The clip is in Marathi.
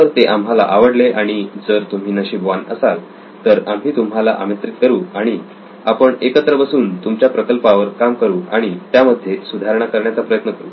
जर ते आम्हाला आवडले आणि जर तुम्ही नशीबवान असाल तर आम्ही तुम्हाला आमंत्रित करू आणि आपण एकत्र बसून तुमच्या प्रकल्पावर काम करू आणि त्यामध्ये सुधारणा करण्याचा प्रयत्न करू